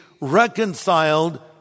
reconciled